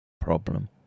problem